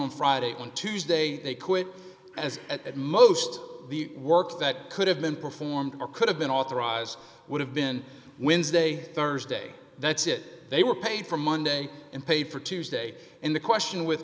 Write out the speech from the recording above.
on friday on tuesday they quit as at most the work that could have been performed or could have been authorized would have been wins day thursday that's it they were paid for monday and paid for tuesday in the question with